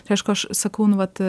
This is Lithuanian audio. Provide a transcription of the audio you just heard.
aišku aš sakau nu vat